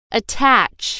attach